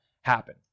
happen